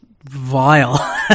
Vile